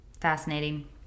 fascinating